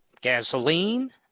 gasoline